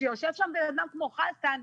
יושב שם בן-אדם כמו חסן,